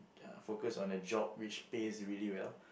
ya focus on the job which pays really well